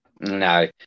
No